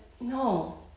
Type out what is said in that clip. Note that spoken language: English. no